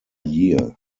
year